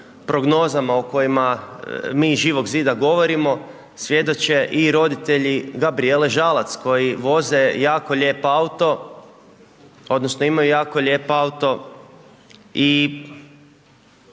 prognozama o kojima mi iz Živog zida govorimo, svjedoče i roditelji Gabrijele Žalac, koji voze jako lijep auto, odnosno, imaju jako lijep auto i